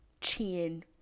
chin